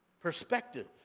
perspective